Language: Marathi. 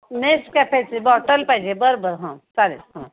नेसकॅफेची बॉटल पाहिजे बर बर हां चालेल हां